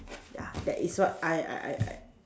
ya that it is what I I I I